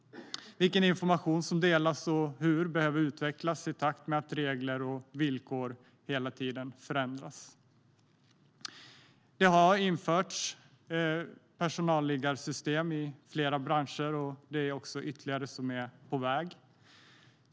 Vilken information som delas och hur det görs behöver utvecklas i takt med att regler och villkor hela tiden förändras. Det har införts personalliggarsystem i flera branscher, och ytterligare är på väg.